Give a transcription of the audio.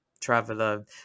Traveler